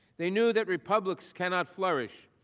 they knew that republics cannot flourish,